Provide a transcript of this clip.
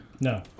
No